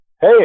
Hey